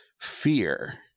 fear